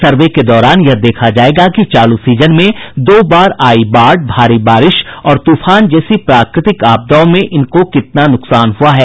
सर्वे के दौरान यह देखा जायेगा कि इस साल दो बार आयी बाढ़ भारी बारिश और तूफान जैसी प्राकृतिक आपदाओं मे इनको कितना नुकसान पहुंचा है